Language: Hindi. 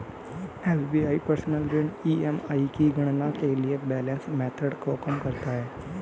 एस.बी.आई पर्सनल ऋण ई.एम.आई की गणना के लिए बैलेंस मेथड को कम करता है